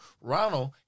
Ronald